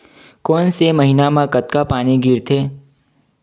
कोन से महीना म कतका पानी गिरथे?